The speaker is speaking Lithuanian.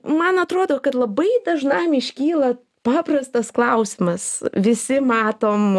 man atrodo kad labai dažnam iškyla paprastas klausimas visi matom